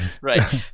right